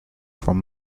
from